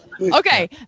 Okay